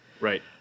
right